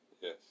Yes